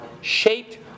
shaped